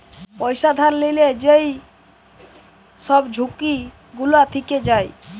পয়সা ধার লিলে যেই সব ঝুঁকি গুলা থিকে যায়